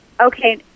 Okay